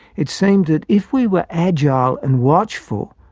it seemed that if we were agile and watchful,